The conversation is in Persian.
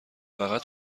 فقط